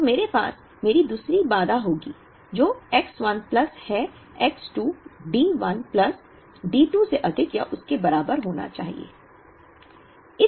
तो मेरे पास मेरी दूसरी बाधा होगी जो X 1 प्लस है X 2 D 1 प्लस D 2 से अधिक या उसके बराबर होना चाहिए